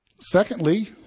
Secondly